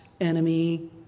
enemy